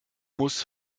muss